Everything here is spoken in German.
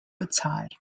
bezahlt